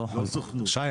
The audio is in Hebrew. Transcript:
שי,